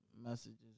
messages